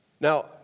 Now